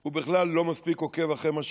הוא בכלל לא מספיק עוקב אחרי מה שקורה,